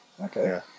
Okay